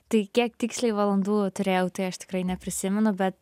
tai kiek tiksliai valandų turėjau tai aš tikrai neprisimenu bet